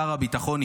שר הביטחון,